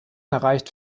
erreicht